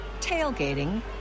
tailgating